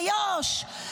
ביו"ש,